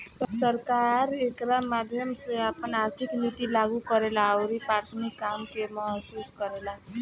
सरकार एकरा माध्यम से आपन आर्थिक निति लागू करेला अउरी प्राथमिक काम के महसूस करेला